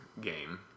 game